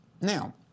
Now